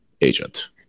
agent